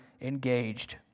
engaged